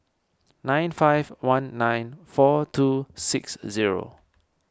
nine five one nine four two six zero